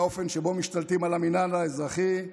מהאופן שבו משתלטים על המינהל האזרחי.